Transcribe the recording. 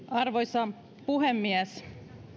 arvoisa puhemies